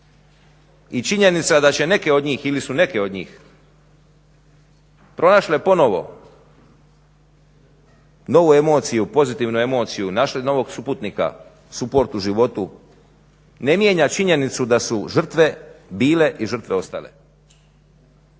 I činjenica da će neke od njih ili su neke od njih pronašle ponovno novu emociju, pozitivnu emociju, našle novog suputnika, support u životu ne mijenja činjenicu da su žrtve bile i žrtve ostale.